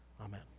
Amen